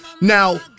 Now